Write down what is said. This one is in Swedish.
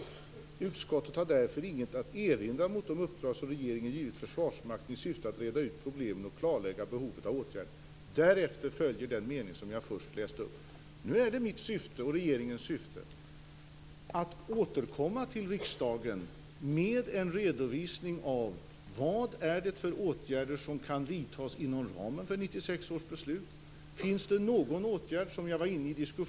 Utskottet har därför ingen erinran mot de uppdrag som regeringen givit Försvarsmakten i syfte att reda ut problemen och klarlägga behovet av åtgärder." Därefter följer den mening som jag först läste upp. Nu är det min och regeringens avsikt att återkomma till riksdagen med en redovisning av vad det är för åtgärder som kan vidtas inom ramen för 1996 års beslut.